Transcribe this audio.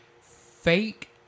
fake